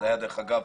דרך אגב,